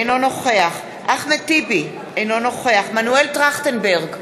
אינו נוכח אחמד טיבי, אינו נוכח מנואל טרכטנברג,